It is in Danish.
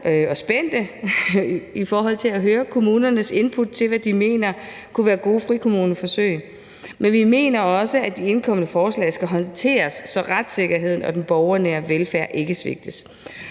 og spændte i forhold til at høre kommunernes input til, hvad de mener kunne være gode frikommuneforsøg, men vi mener også, at de indkomne forslag skal håndteres, så retssikkerheden og den borgernære velfærd ikke svigtes.